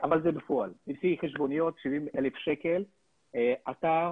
אבל זה בפועל, לפי חשבוניות 70,000 שקל לאתר